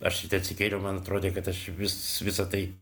aš atsikėliau man atrodė kad aš vis visa tai